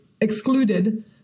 excluded